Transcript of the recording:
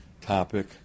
topic